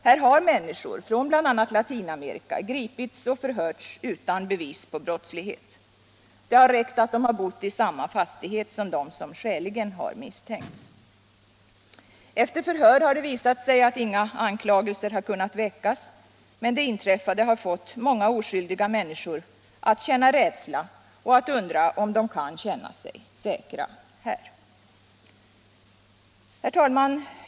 Här har människor från bl.a. Latinamerika gripits och förhörts utan bevis på brottslighet. Det har räckt att de har bott i samma fastighet som de som skäligen har misstänkts. Efter förhör har det visat sig att inga anklagelser har kunnat riktas mot dem, men det inträffade har fått många oskyldiga människor att känna rädsla och undra om de kan känna sig säkra här. Herr talman!